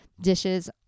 dishes